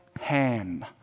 Ham